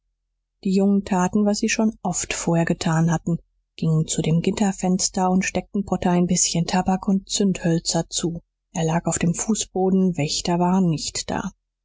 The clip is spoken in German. die jungens taten was sie schon oft vorher getan hatten gingen zu dem gitterfenster und steckten potter ein bißchen tabak und zündhölzer zu er lag auf dem fußboden wächter waren nicht da